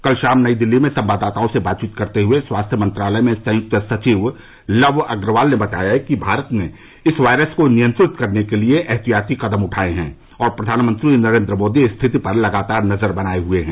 कल शाम नई दिल्ली में संवाददाताओं से बात करते हुए स्वास्थ्य मंत्रालय में संयुक्त सचिव लव अग्रवाल ने बताया कि भारत ने इस वायरस को नियंत्रित करने के लिए ऐहतियाती कदम उठाए हैं और प्रधानमंत्री नरेंद्र मोदी स्थिति पर लगातार नजर बनाए हए हैं